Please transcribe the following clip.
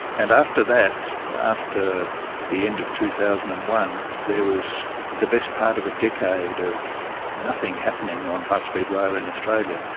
and after that, after the end of two thousand and one there was the best part of a decade of nothing happening on high speed rail in australia.